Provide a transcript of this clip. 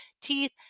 teeth